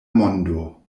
mondo